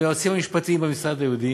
של היועצים המשפטיים במשרד הייעודי,